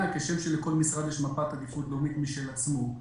כשם שלכל משרד יש מפת עדיפות לאומית משל עצמו.